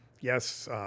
yes –